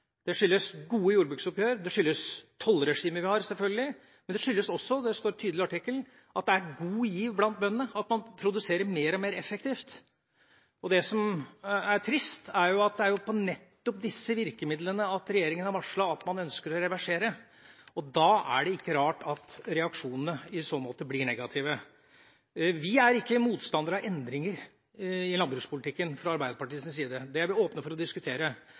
Det skyldes gode jordbruksoppgjør, det skyldes selvfølgelig det tollregimet vi har, og det skyldes også, og det står tydelig i artikkelen, at det er god giv blant bøndene, at man produserer mer og mer effektivt. Det som er trist, er at det nettopp er disse virkemidlene regjeringa har varslet at man ønsker å reversere. Da er det ikke rart at reaksjonene blir negative. Vi er ikke motstandere av endringer i landbrukspolitikken fra Arbeiderpartiets side. Det er vi åpne for å diskutere.